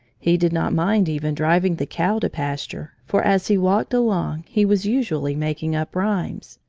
he did not mind even driving the cow to pasture, for as he walked along, he was usually making up rhymes.